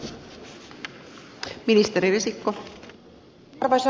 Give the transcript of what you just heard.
arvoisa rouva puhemies